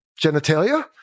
genitalia